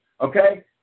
okay